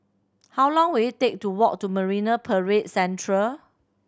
how long will it take to walk to Marine Parade Central